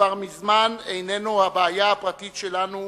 כבר מזמן איננו הבעיה הפרטית שלנו,